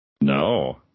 No